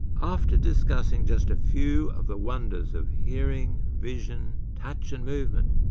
after discussing just a few of the wonders of hearing, vision, touch, and movement,